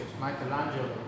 Michelangelo